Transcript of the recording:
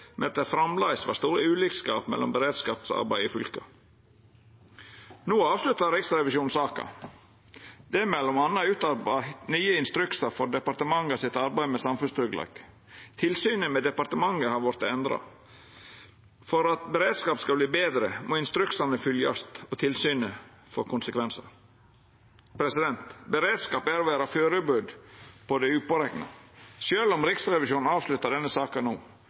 at mykje hadde vorte betre, men at det framleis var stor ulikskap mellom beredskapsarbeidet i fylka. No avsluttar Riksrevisjonen saka. Det er mellom anna utarbeidd nye instruksar for departementet sitt arbeid med samfunnstryggleik. Tilsynet med departementet har vorte endra. For at beredskapen skal verta betre, må instruksane følgjast og tilsynet få konsekvensar. Beredskap er å vera førebudd på det upårekna. Sjølv om Riksrevisjonen avslutta denne saka no,